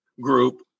group